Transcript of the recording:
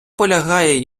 полягає